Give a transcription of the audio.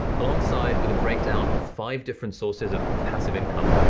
alongside with a breakdown of five different sources of passive income.